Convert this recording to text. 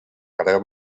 carrer